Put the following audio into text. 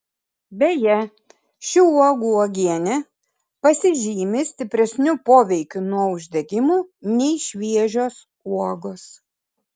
beje šių uogų uogienė pasižymi stipresniu poveikiu nuo uždegimų nei šviežios uogos